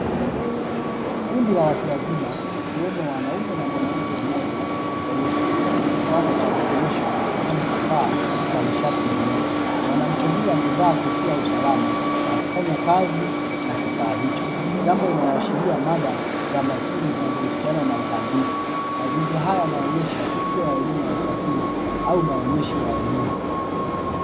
Kundi la watu wazima wakiwemo wanaume na mwanamke mmoja waliokusanyika kwenye kibanda cha maonyesho wakitazama kifaa cha nishati ya umeme mwanamke huyu amevaa kofia ya usalama akifanya kazi na kifaya hicho jambo linaashiria mada za mafunzo zinazohusiana na uhandisi mazingira haya yanaonyesha tukiwa elimu ya watu wazima au maonyesho ya elimu.